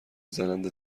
زننده